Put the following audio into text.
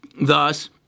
thus